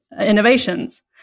innovations